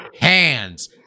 Hands